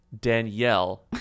Danielle